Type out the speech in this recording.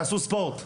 תעשו ספורט.